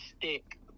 stick